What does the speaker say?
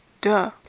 Duh